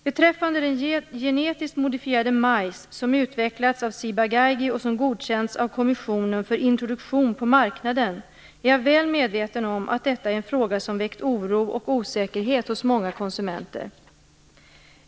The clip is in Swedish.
Beträffande den genetiskt modifierade majs som utvecklats av Ciba-Geigy, och som godkänts av kommissionen för introduktion på marknaden, är jag väl medveten om att det är en fråga som väckt oro och osäkerhet hos många konsumenter.